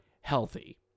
healthy